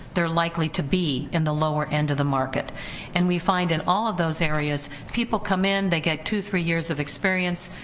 they're likely to be in the lower end of the market and we find in all of those areas people come in, they get two, three years of experience,